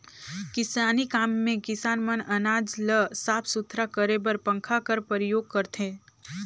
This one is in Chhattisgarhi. किसानी काम मे किसान मन अनाज ल साफ सुथरा करे बर पंखा कर परियोग करथे